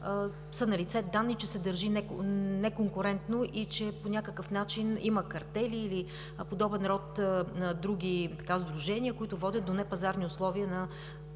са налице данни, че се държат неконкурентно и че по някакъв начин има картели или подобен род други сдружения, които водят до непазарни условия на